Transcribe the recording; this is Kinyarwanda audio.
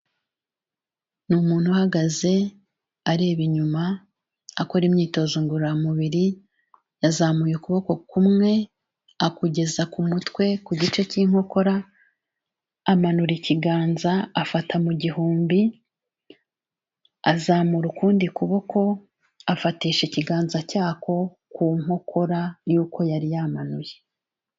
Ni umuntu uhagaze areba inyuma, akora imyitozo ngororamubiri, yazamuye ukuboko kumwe akugeza ku mutwe ku gice k'inkokora amanura ikiganza, afata mu gihumbi, azamura ukundi kuboko afatisha ikiganza cyako ku nkokora yuko yari yamanuye.